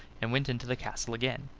and went into the castle again.